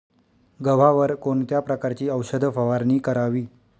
गव्हावर कोणत्या प्रकारची औषध फवारणी करावी?